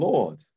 Lord